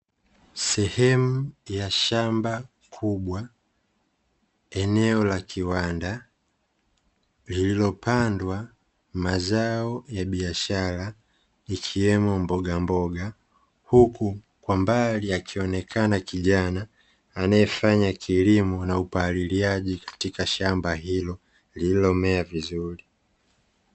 Sehemu ya shamba kubwa, eneo la kiwanda lililopandwa mazao ya biashara ikiwemo mbogamboga, huku kwa mbali akionekana kijana anayefanya kilimo na upaliliaji katika shamba hilo lililomea vizuri.